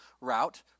route